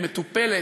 והיא מטופלת,